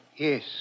Yes